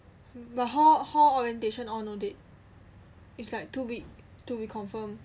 but hall hall orientation all no date it's like to be to be confirmed